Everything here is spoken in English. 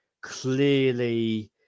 clearly